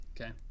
Okay